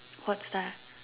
what's that